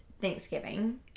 Thanksgiving